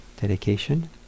dedication